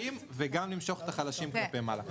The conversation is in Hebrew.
צריך גם למשוך את החזקים וגם למשוך את החלשים כלפי מעלה.